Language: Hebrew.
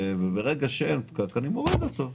וכאשר אין פקק אני מוריד אותו.